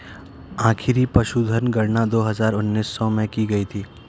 आखिरी पशुधन गणना दो हजार उन्नीस में की गयी थी